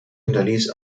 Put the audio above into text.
hinterließ